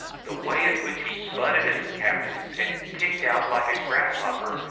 the way in which he butted at his captors, and kicked out like a grasshopper,